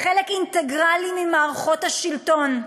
לחלק אינטגרלי ממערכות השלטון.